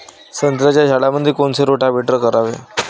संत्र्याच्या झाडामंदी कोनचे रोटावेटर करावे?